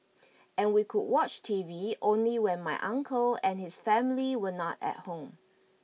and we could watch TV only when my uncle and his family were not at home